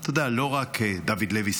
לא רק דוד לוי,